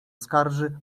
skarży